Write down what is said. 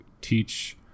teach